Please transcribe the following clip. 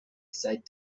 said